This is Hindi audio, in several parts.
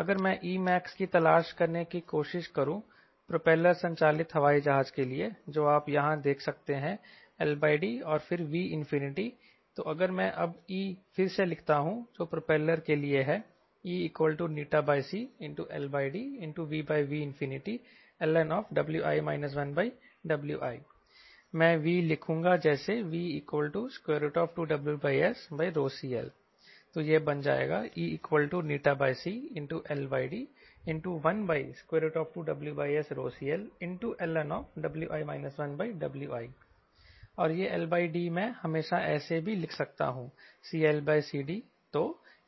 अगर मैं Emax की तलाश करने की कोशिश करू प्रोपेलर संचालित हवाई जहाज के लिएजो आप यहां देख सकते हैं LD और फिर V तो अगर मैं अब E फिर से लिखता हूं जो प्रोपेलर के लिए है ECLD1Vln Wi 1Wi मैं V लिखूंगा जैसे V2WSCL तो यह बन जाएगा ECLD12WSCLln Wi 1Wi और यह LD मैं हमेशा ऐसे भी लिख सकता हूं CLCD तो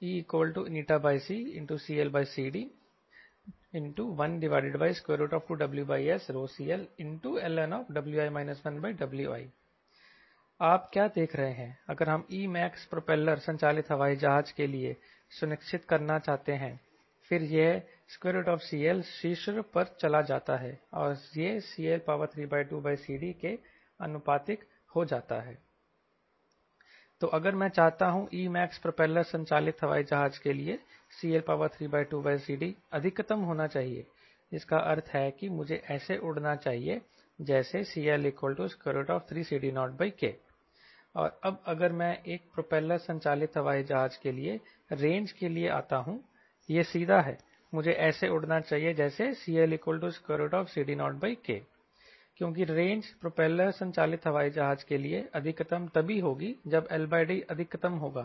ECCLCD12WSCLln Wi 1Wi आप क्या देख रहे हैं अगर हम Emax प्रोपेलर संचालित हवाई जहाज के लिए सुनिश्चित करना चाहते हैं फिर यह CL शीर्ष पर चला जाता है यह CL32CD के आनुपातिक हो जाता है तो अगर मैं चाहता हूं Emax प्रोपेलर संचालित हवाई जहाज के लिए CL32CD अधिकतम होना चाहिए जिसका अर्थ है कि मुझे ऐसे उड़ना चाहिए जैसे CL3CD0K और अब अगर मैं एक प्रोपेलर संचालित हवाई जहाज के लिए रेंज के लिए आता हूं यह सीधा है मुझे ऐसे उड़ना चाहिए जैसे CLCD0K क्योंकि रेंज प्रोपेलर संचालित हवाई जहाज के लिए अधिकतम तभी होगी जब LD अधिकतम होगा